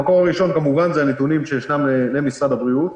המקור הראשון זה כמובן הנתונים שיש למשרד הבריאות,